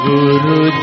Guru